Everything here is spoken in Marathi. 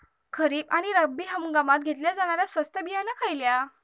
खरीप आणि रब्बी हंगामात घेतला जाणारा स्वस्त बियाणा खयला?